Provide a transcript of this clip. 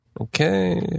Okay